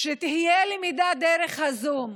שתהיה למידה דרך הזום.